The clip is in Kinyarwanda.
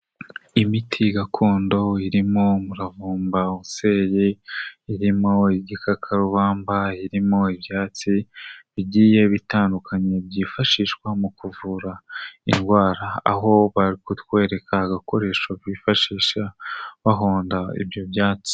Imiti gakondo irimo muravumba useye, irimo igikakarubamba, irimo ibyatsi bigiye bitandukanye, byifashishwa mu kuvura indwara, aho bari kutwereka agakoresho bifashisha bahonda ibyo byatsi.